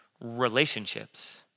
relationships